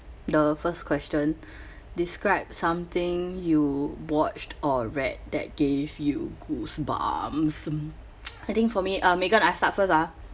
the first question describe something you watched or read that gave you goosebumps um I think for me uh megan I start first ah